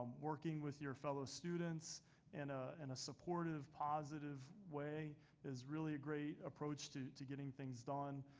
working with your fellow students in ah and a supportive, positive way is really a great approach to to getting things done.